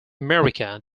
america